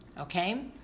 Okay